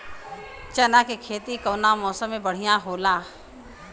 चना के खेती कउना मौसम मे बढ़ियां होला?